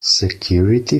security